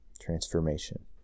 transformation